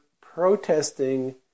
protesting